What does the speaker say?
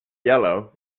yellow